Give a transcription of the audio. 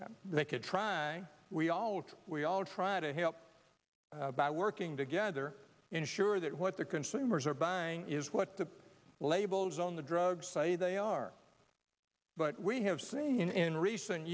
and they could try we all try we all try to help by working together ensure that what the consumers are buying is what the labels on the drug say they are but we have seen in in recent